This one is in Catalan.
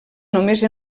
només